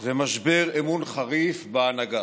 זה משבר אמון חריף בהנהגה.